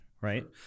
right